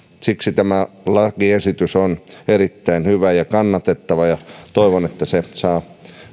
siksi tämä lakiesitys on erittäin hyvä ja kannatettava ja toivon että se saa